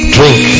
Drink